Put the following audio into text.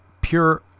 pure